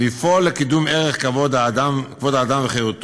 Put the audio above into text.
לפעול לקידום ערך כבוד האדם וחירותו,